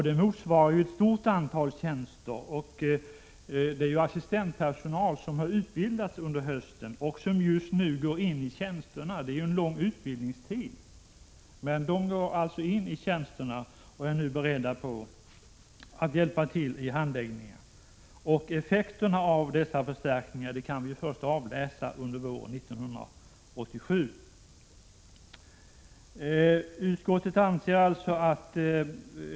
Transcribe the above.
Det motsvarar ett stort antal tjänster för assistentpersonal, som har utbildats under hösten och som just nu går in i tjänsterna. Det är en lång utbildningstid, men nu är de beredda att hjälpa till vid handläggningen. Effekterna av dessa förstärkningar kan vi avläsa först under våren 1987.